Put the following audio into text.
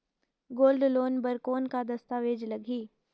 Gold loan बर कौन का दस्तावेज लगही?